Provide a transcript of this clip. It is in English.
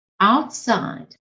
outside